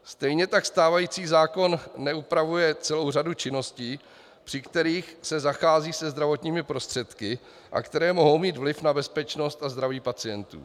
Stejně tak stávající zákon neupravuje celou řadu činností, při kterých se zachází se zdravotními prostředky a které mohou mít vliv na bezpečnost a zdraví pacientů.